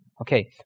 Okay